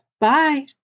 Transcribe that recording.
Bye